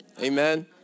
Amen